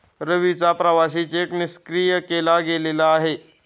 रवीचा प्रवासी चेक निष्क्रिय केला गेलेला आहे